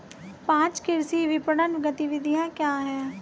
पाँच कृषि विपणन गतिविधियाँ क्या हैं?